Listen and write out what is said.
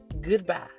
Goodbye